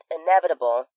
inevitable